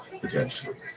potentially